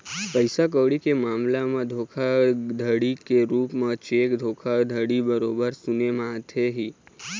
पइसा कउड़ी के मामला म धोखाघड़ी के रुप म चेक धोखाघड़ी बरोबर सुने म आथे ही